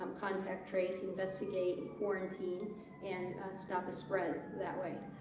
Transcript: um contact trace, investigate and quarantine and stop a spread that way.